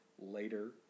later